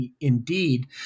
indeed